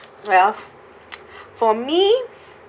well for me